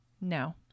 No